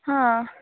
ಹಾಂ